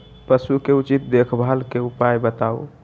पशु के उचित देखभाल के उपाय बताऊ?